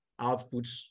outputs